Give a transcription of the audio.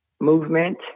movement